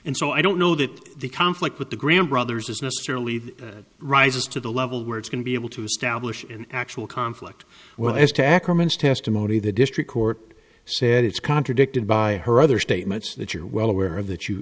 and so i don't know that the conflict with the graham brothers is necessarily rises to the level where it's going to be able to establish in actual conflict well as to ackermann's testimony the district court said it's contradicted by her other statements that you're well aware of that you